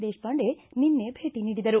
ದೇಶಪಾಂಡೆ ನಿನ್ನೆ ಭೇಟ ನೀಡಿದರು